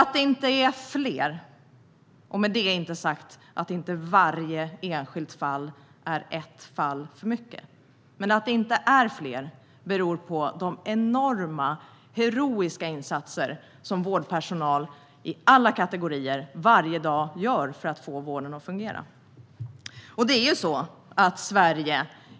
Att det inte är fler - med det inte sagt att inte varje enskilt fall är ett fall för mycket - beror på de enorma, heroiska insatser som vårdpersonal i alla kategorier varje dag gör för att få vården att fungera.